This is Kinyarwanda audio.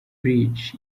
bridge